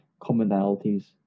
commonalities